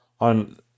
on